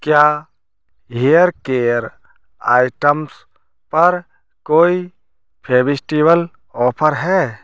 क्या hair care items पर कोई फेविस्टिवल ऑफर है